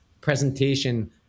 presentation